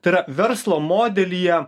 tai yra verslo modelyje